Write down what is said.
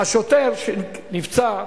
השוטר שנפצע,